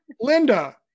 Linda